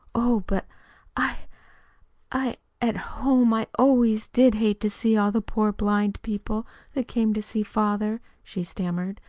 oh, but i i at home i always did hate to see all the poor blind people that came to see father, she stammered.